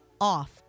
off